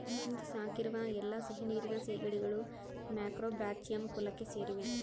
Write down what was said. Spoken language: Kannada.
ಇಂದು ಸಾಕಿರುವ ಎಲ್ಲಾ ಸಿಹಿನೀರಿನ ಸೀಗಡಿಗಳು ಮ್ಯಾಕ್ರೋಬ್ರಾಚಿಯಂ ಕುಲಕ್ಕೆ ಸೇರಿವೆ